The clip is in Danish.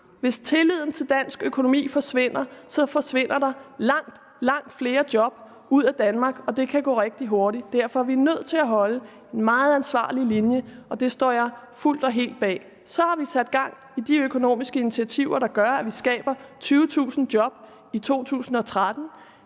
Hvis tilliden til dansk økonomi forsvinder, forsvinder der langt, langt flere job ud af Danmark, og det kan gå rigtig hurtigt. Derfor er vi nødt til at holde en meget ansvarlig linje, og det står jeg fuldt og helt bag. Så har vi sat gang i de økonomiske initiativer, der gør, at vi skaber 20.000 job i 2013,